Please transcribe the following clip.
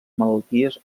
malalties